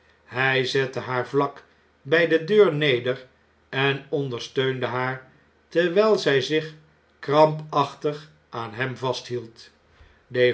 hjj zette haar vlak bij de deur neder en ondersteunde haar terwjjl zjj zich krampachtig aan hem vasthield